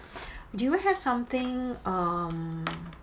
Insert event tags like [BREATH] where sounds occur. [BREATH] do you have something um